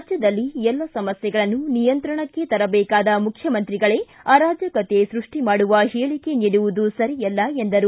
ರಾಜ್ಯದಲ್ಲಿ ಎಲ್ಲ ಸಮಸ್ಟೆಗಳನ್ನು ನಿಯಂತ್ರಣಕ್ಕೆ ತರಬೇಕಾದ ಮುಖ್ಡಮಂತ್ರಿಗಳೆ ಅರಾಜಕತೆ ಸೃಷ್ಟಿ ಮಾಡುವ ಹೇಳಕೆ ನೀಡುವುದು ಸರಿಯಲ್ಲ ಎಂದರು